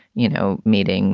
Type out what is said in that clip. you know, meeting